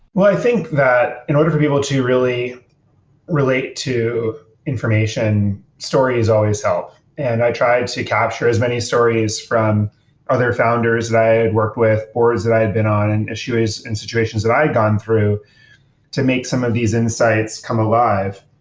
i think that in order for people to really relate to information story has always helped. and i tried to capture as many stories from other founders that i had worked with, boards that i had been on, and issue as, and situations that i gone through to make some of these insights come alive.